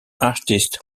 artist